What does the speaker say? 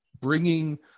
bringing